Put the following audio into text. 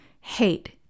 Hate